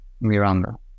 Miranda